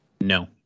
No